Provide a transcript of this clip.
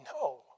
no